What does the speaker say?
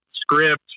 script